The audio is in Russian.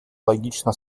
логично